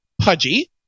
pudgy